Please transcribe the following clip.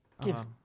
Give